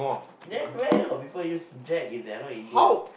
then where got people use Jack if they are not Indian